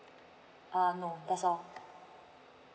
uh no that's all